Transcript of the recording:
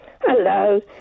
Hello